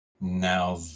now